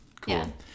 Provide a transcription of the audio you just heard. Cool